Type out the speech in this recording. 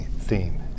theme